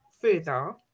further